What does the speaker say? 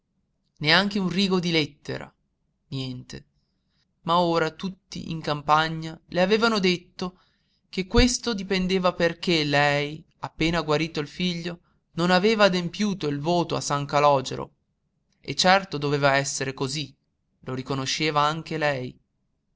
neanche un rigo di lettera niente ma ora tutti in campagna le avevano detto che questo dipendeva perché lei appena guarito il figlio non aveva adempiuto il voto a san calògero e certo doveva essere cosí lo riconosceva anche lei